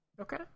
Okay